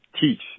teach